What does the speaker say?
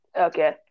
Okay